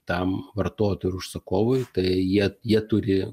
tam vartotojui ir užsakovui tai jie jie turi